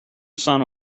son